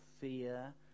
fear